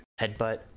headbutt